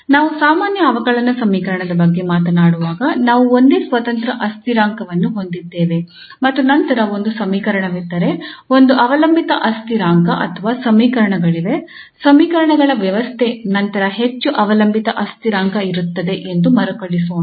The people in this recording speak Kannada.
ಆದ್ದರಿಂದ ನಾವು ಸಾಮಾನ್ಯ ಅವಕಲನ ಸಮೀಕರಣದ ಬಗ್ಗೆ ಮಾತನಾಡುವಾಗ ನಾವು ಒಂದೇ ಸ್ವತಂತ್ರ ಅಸ್ಥಿರಾಂಕವನ್ನು ಹೊಂದಿದ್ದೇವೆ ಮತ್ತು ನಂತರ ಒಂದು ಸಮೀಕರಣವಿದ್ದರೆ ಒಂದು ಅವಲಂಬಿತ ಅಸ್ಥಿರಾಂಕ ಅಥವಾ ಸಮೀಕರಣಗಳಿವೆ ಸಮೀಕರಣಗಳ ವ್ಯವಸ್ಥೆ ನಂತರ ಹೆಚ್ಚು ಅವಲಂಬಿತ ಅಸ್ಥಿರಾಂಕ ಇರುತ್ತದೆ ಎಂದು ಮರುಕಳಿಸೋಣ